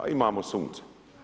A imamo sunce.